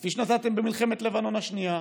כפי שנתתם במלחמת לבנון השנייה.